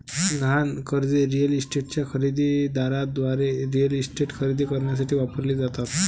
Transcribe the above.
गहाण कर्जे रिअल इस्टेटच्या खरेदी दाराद्वारे रिअल इस्टेट खरेदी करण्यासाठी वापरली जातात